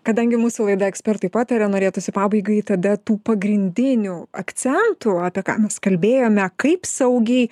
kadangi mūsų laida ekspertai pataria norėtųsi pabaigai tada tų pagrindinių akcentų apie ką mes kalbėjome kaip saugiai